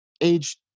age